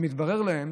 מתברר להם